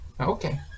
Okay